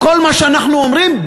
כל מה שאנחנו אומרים,